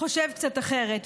חושב קצת אחרת.